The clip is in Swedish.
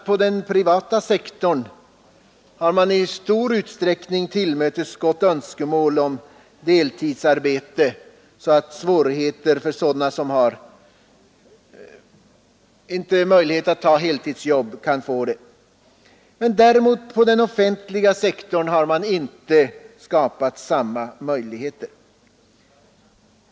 På den privata sektorn har man i stor utsträckning tillmötesgått önskemål om deltidsarbete, så att personer som inte har möjlighet att ta heltidsjobb ändå kan få arbete. På den offentliga sektorn har man däremot inte skapat samma möjligheter.